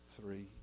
three